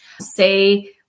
say